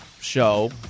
show